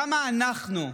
כמה אנחנו,